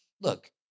look